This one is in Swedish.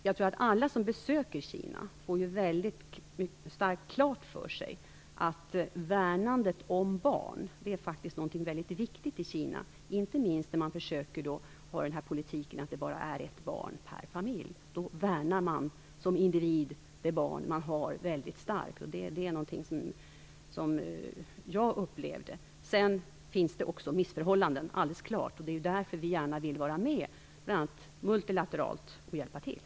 Jag tror att alla som besöker Kina får starkt klart för sig att värnandet om barn faktiskt är något mycket viktigt i Kina, inte minst när man försöker föra politiken att det bara skall finnas ett barn per familj. Då värnar man som individ det barn man har mycket starkt. Det är något som jag upplevde. Sedan finns det också missförhållanden, alldeles klart. Det är därför vi gärna vill vara med och hjälpa till, bl.a. multilateralt.